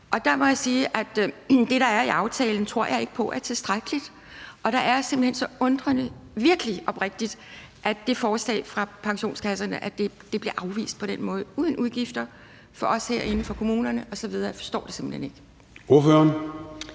Der må jeg sige, at det, der er i aftalen, tror jeg ikke på er tilstrækkeligt. Og der er jeg simpelt hen så undrende, virkelig oprigtigt, i forhold til at det forslag fra pensionskasserne blev afvist på den måde; det var uden udgifter for os herinde, for kommunerne osv. Jeg forstår det simpelt hen ikke.